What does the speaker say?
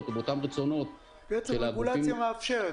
או באותם רצונות של הגופים --- בעצם רגולציה מאפשרת.